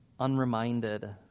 unreminded